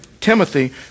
Timothy